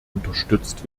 unterstützt